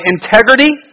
integrity